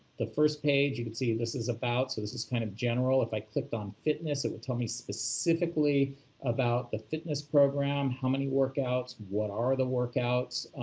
the first page, you can see what this is about, so this is kind of general. if i clicked on fitness, it would tell me specifically about the fitness program, how many workouts, what are the workouts,